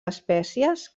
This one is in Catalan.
espècies